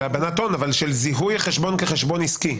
של הלבנת הון, אבל של זיהוי חשבון כחשבון עסקי.